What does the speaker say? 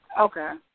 Okay